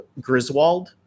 Griswold